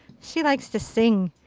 she likes to sing.